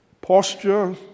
posture